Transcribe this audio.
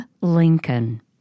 Lincoln